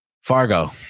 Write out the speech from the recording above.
Fargo